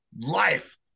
life